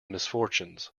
misfortunes